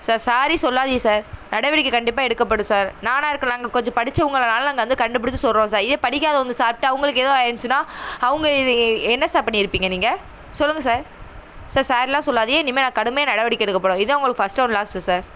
sir sorry சொல்லாதிய sir நடவடிக்கை கண்டிப்பாக எடுக்கப்படும் சார் நானாக இருக்க நாங்கள் கொஞ்சம் படித்தவுங்களனால நாங்கள் வந்து கண்டுபிடிச்சி சொல்கிறோம் சார் இதே படிக்காதவங்க சாப்பிட்டா அவங்களுக்கு ஏதோ ஆகிருந்ச்சினா அவங்க இது ஏ என்ன சார் பண்ணியிருப்பீங்க நீங்கள் சொல்லுங்க சார் சார் சாரியெலாம் சொல்லாதிய இனிமேல் நான் கடுமையாக நடவடிக்க எடுக்கப்படும் இதுதான் உங்களுக்கு ஃபர்ஸ்ட் ஒன் லாஸ்ட்டு சார்